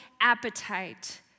appetite